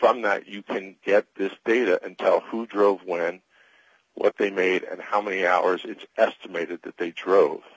that you can get this data and tell who drove when what they made and how many hours it's estimated that they tro